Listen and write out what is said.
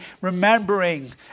remembering